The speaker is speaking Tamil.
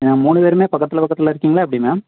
ஆ மூணு பேருமே பக்கத்தில் பக்கத்தில் இருக்கீங்களா எப்படி மேம்